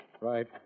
Right